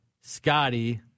Scotty